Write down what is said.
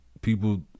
people